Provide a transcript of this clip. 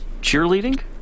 cheerleading